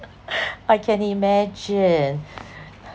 I can imagine